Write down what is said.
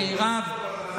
מירב,